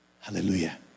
Hallelujah